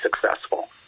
successful